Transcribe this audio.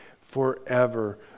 forever